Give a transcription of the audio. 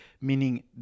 meaning